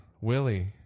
Willie